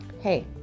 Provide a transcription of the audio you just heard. Hey